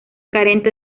carente